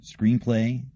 screenplay